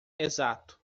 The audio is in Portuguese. exato